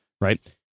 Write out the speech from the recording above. right